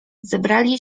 zebrali